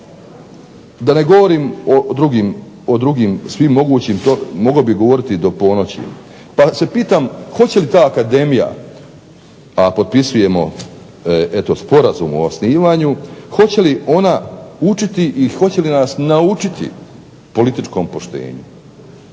Da ne govorim o drugim svim mogućim, mogao bih govoriti do ponoći, pa se pitam hoće li ta akademija a potpisujemo sporazum o osnivanju hoće li ona učiti i hoće li nas naučiti političkom poštenju.